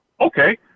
Okay